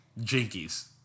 Jinkies